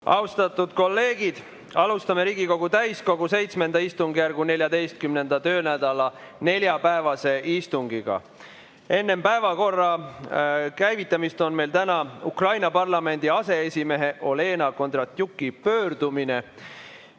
Austatud kolleegid! Alustame Riigikogu täiskogu VII istungjärgu 14. töönädala neljapäevast istungit. Enne päevakorra käivitamist on meil Ukraina parlamendi aseesimehe Olena Kondratjuki pöördumine. Austatud